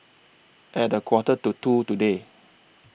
At A Quarter to two today